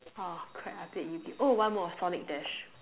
oh crap I played yu-gi-oh oh one more sonic dash